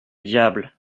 diable